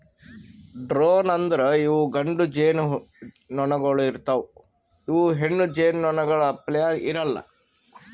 drone ಅಂದುರ್ ಇವು ಗಂಡು ಜೇನುನೊಣಗೊಳ್ ಇರ್ತಾವ್ ಇವು ಹೆಣ್ಣು ಜೇನುನೊಣಗೊಳ್ ಅಪ್ಲೇ ಇರಲ್ಲಾ